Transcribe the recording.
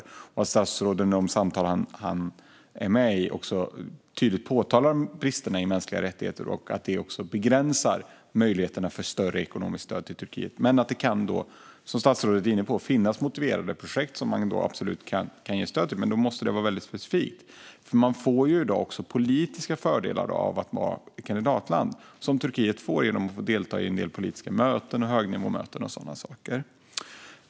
Det gäller att statsrådet i de samtal han är med i tydligt påtalar bristerna i mänskliga rättigheter och att det begränsar möjligheterna för större ekonomiskt stöd till Turkiet. Det kan, som statsrådet var inne på, finnas motiverade projekt som man kan ge stöd till. Men då måste det vara väldigt specifikt. Man får i dag politiska fördelar av att vara kandidatland. Det får Turkiet genom att få delta i en del politiska möten, högnivåmöten och sådana saker.